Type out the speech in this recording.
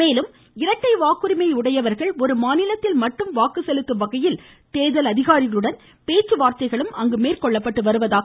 மேலும் இரட்டை வாக்குரிமை உடையவர்கள் ஒரு மாநிலத்தில் மட்டும் வாக்கு செலுத்தும் வகையில் தேர்தல் அதிகாரிகளுடன் பேச்சுவார்த்தைகளும் அங்கு மேற்கொள்ளப்பட்டு வருகின்றன